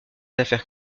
affaires